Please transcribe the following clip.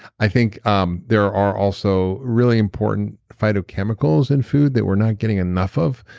i think um there are also really important phytochemicals in food that we're not getting enough of.